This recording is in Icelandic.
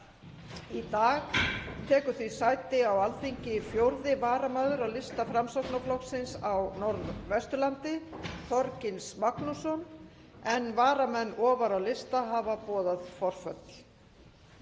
Í dag tekur því sæti á Alþingi 4. varamaður á lista Framsóknarflokksins í Norðvesturkjördæmi, Þorgils Magnússon, en varamenn ofar á lista hafa boðað forföll.